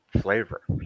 flavor